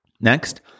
Next